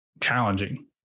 challenging